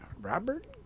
Robert